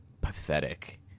pathetic